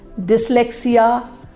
dyslexia